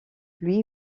lui